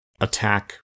attack